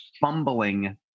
fumbling